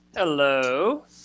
Hello